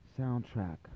soundtrack